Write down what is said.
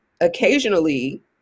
occasionally